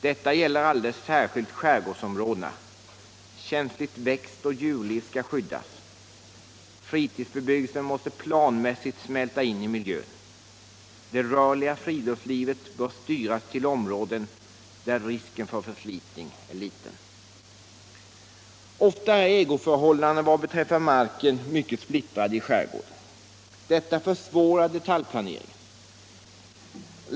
Detta gäller alldeles särskilt skärgårdsområdena. Känsligt växtoch djurliv skall skyddas. Fritidsbebyggelsen måste planmässigt smälta in i miljön. Det rörliga friluftslivet bör styras till områden där risken för förslitning är liten. Ofta är ägoförhållandena vad beträffar marken mycket splittrade i skärgården. Detta försvårar detaljplaneringen.